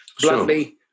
Bluntly